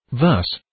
Thus